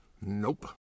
Nope